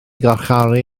garcharu